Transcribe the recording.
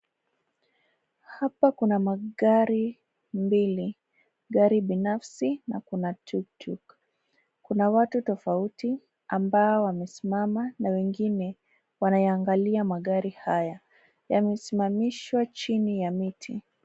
Hapa kuna magari mbili, gari binafsi na kuna tuktuk. Kuna watu tofauti ambao wamesimama na wengine wanaiangalia magari haya. Yamesimamishwa chini ya miti.